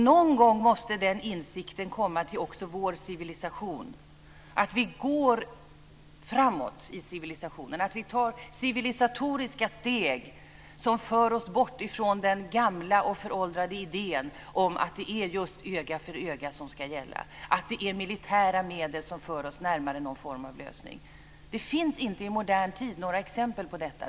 Någon gång måste den insikten komma också till vår civilisation, att vi går framåt i civilisationen, att vi tar civilisatoriska steg som för oss bort från den gamla och föråldrade idén om att det är just öga för öga som ska gälla, att det är militära medel som för oss närmare någon form av lösning. Det finns inte i modern tid några exempel på detta.